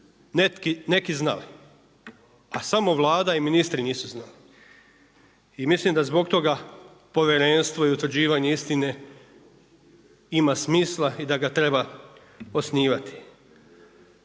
neki znali. A samo Vlada i ministri nisu znali. I mislim da zbog toga povjerenstvo i utvrđivanje istine ima smisla i da ga treba osnivati.